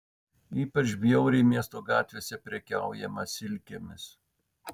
ypač bjauriai miesto gatvėse prekiaujama silkėmis